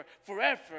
forever